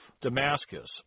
Damascus